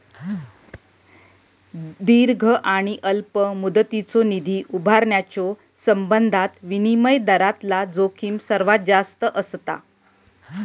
दीर्घ आणि अल्प मुदतीचो निधी उभारण्याच्यो संबंधात विनिमय दरातला जोखीम सर्वात जास्त असता